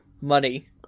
money